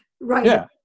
right